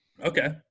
okay